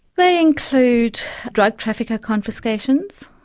they include drug trafficker confiscations,